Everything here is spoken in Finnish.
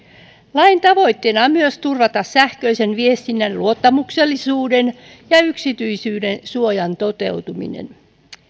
lain tavoitteena on myös turvata sähköisen viestinnän luottamuksellisuuden ja yksityisyydensuojan toteutuminen